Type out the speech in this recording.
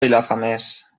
vilafamés